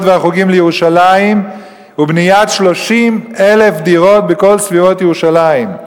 והחוגים לירושלים היא בניית 30,000 דירות בכל סביבות ירושלים.